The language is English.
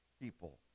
people